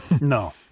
no